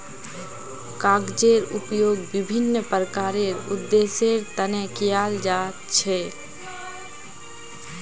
कागजेर उपयोग विभिन्न प्रकारेर उद्देश्येर तने कियाल जा छे